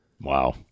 Wow